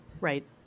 Right